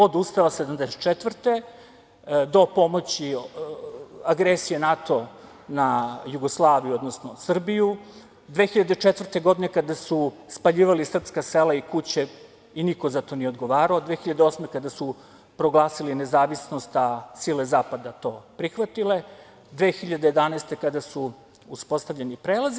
Od Ustava 1974. godine do pomoći agresije NATO na Jugoslaviju, odnosno Srbiju, 2004. godine kada su spaljivali srpska sela i kuće i niko za to nije odgovarao, 2008. kada su proglasili nezavisnost, a sile zapada to prihvatile, 2011. kada su uspostavljeni prelazi.